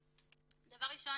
ראשית,